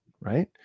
Right